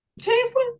Chancellor